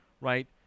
Right